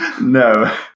No